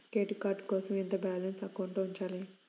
Credit card కోసం ఎంత balance అకౌంట్లో ఉంచాలి?